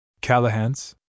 Callahan's